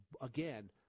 again